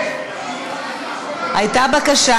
הייתה בקשה,